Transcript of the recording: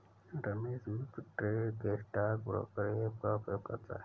रमेश मुफ्त ट्रेड के लिए स्टॉक ब्रोकर ऐप का उपयोग करता है